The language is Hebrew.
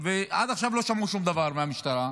ועד עכשיו לא שמעו שום דבר מהמשטרה.